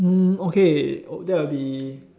okay that would be